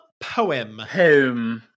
poem